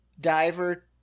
Diver